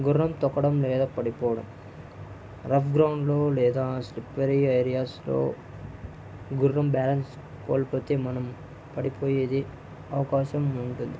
గుర్రం తొక్కడం లేదా పడిపోవడం రఫ్ గ్రౌండ్లో లేదా స్లిప్పరీ ఏరియాస్లో గుర్రం బ్యాలెన్స్ కోల్పోతే మనం పడిపోయే అవకాశం ఉంటుంది